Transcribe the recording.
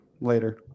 later